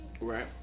Right